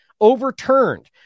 overturned